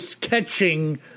catching